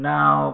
Now